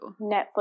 Netflix